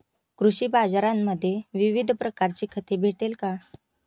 कृषी बाजारांमध्ये विविध प्रकारची खते भेटेल का?